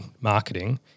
marketing